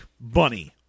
bunny